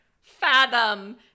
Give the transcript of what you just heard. fathom